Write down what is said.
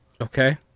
Okay